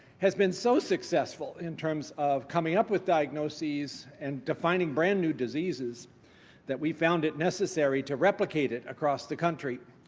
has been so successful in terms of coming up with diagnoses and defining brand new diseases that we found it necessary to replicate it across the country,